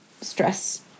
stress